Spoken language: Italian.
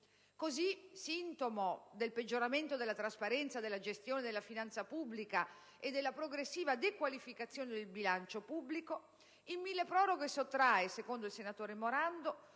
Così, ed è sintomo del peggioramento della trasparenza della gestione della finanza pubblica e della progressiva dequalificazione del bilancio pubblico, il decreto milleproroghe sottrae, secondo il senatore Morando,